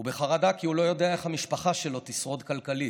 הוא בחרדה כי הוא לא יודע איך המשפחה שלו תשרוד כלכלית.